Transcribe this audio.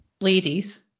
ladies